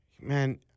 man